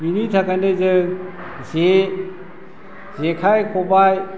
बिनि थाखायनो जों जे जेखाइ खबाइ